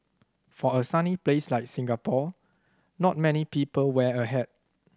for a sunny place like Singapore not many people wear a hat